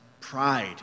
pride